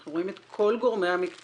אנחנו רואים את כל גורמי המקצוע